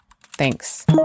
Thanks